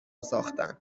ساختن